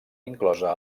inclosa